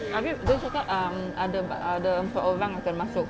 abeh um dia orang cakap ada ah ada seorang akan masuk